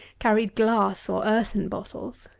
carried glass or earthen bottles.